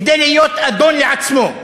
כדי להיות אדון לעצמו,